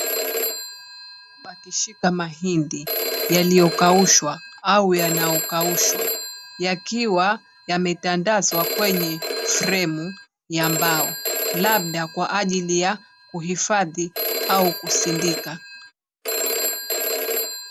Wakishika mahindi yaliyo kaushwa au yanayokaushwa, yakiwa yametandazwa kwenye fremu ya mbao, labda kwa ajili ya kuhifadhi au kusindika.